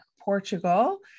Portugal